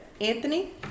Anthony